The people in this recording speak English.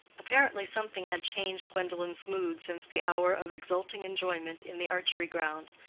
apparently something had changed gwendolen's mood since the hour of exulting enjoyment in the archery-ground.